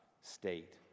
state